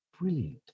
brilliant